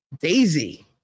Daisy